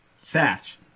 Satch